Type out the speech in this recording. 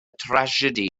drasiedi